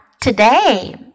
today